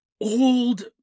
old